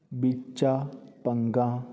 ਬਿਚਾਭਾਂਗਾ